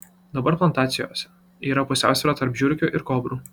dabar plantacijose yra pusiausvyra tarp žiurkių ir kobrų